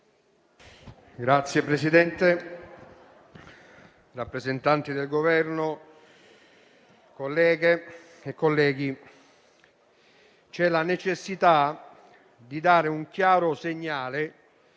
Signor Presidente, rappresentante del Governo, colleghe e colleghi, c'è la necessità di dare un chiaro segnale